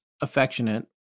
affectionate